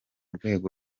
rwego